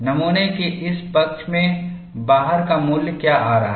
नमूना के इस पक्ष में बाहर का मूल्य क्या आ रहा है